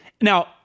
Now